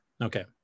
Okay